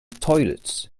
toilets